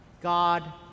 God